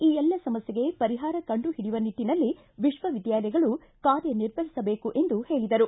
ಈ ಎಲ್ಲ ಸಮಸ್ಥೆಗೆ ಪರಿಹಾರ ಕಂಡು ಹಿಡಿಯುವ ನಿಟ್ಟನಲ್ಲಿ ವಿಶ್ವವಿದ್ದಾಲಯಗಳು ಕಾರ್ಯ ನಿರ್ವಹಿಸಬೇಕು ಎಂದು ಹೇಳದರು